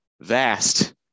vast